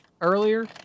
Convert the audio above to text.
earlier